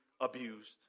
abused